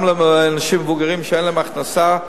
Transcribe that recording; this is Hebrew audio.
גם לאנשים מבוגרים שאין להם הכנסה,